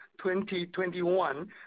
2021